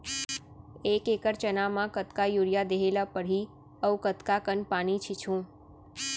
एक एकड़ चना म कतका यूरिया देहे ल परहि अऊ कतका कन पानी छींचहुं?